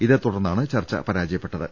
ഇതേ തുടർന്നാണ് ചർച്ച പരാജയപ്പെട്ടത്